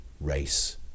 race